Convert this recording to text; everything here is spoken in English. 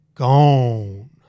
gone